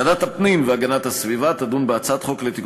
ועדת הפנים והגנת הסביבה תדון בהצעת חוק לתיקון